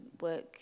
work